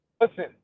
listen